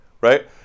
right